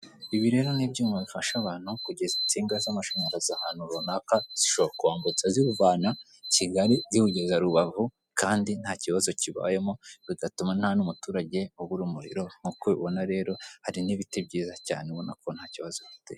Ibi rero ni ibyuma bifasha abantu kugeza insinga za mashanyarazi ahantu runaka zishobora kuwambutsa ziwuvana Kigali ziwugeza Rubavu kandi ntakibazo kibayemo bigatuma ntanumuturage ubura umuriro nkuko ubibona rero hari n'ibiti byiza cyane ubonako ntakibazo bifite.